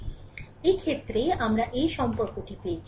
সুতরাং এই ক্ষেত্রে আমরা এই সম্পর্কটি পেয়েছি V0 4 i0